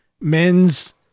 men's